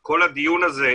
כל הדיון הזה,